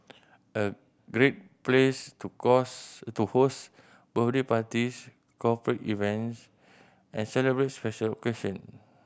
a great place to to host birthday parties corporate events and celebrate special occasion